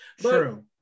True